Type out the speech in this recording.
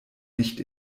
nicht